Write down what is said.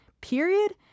period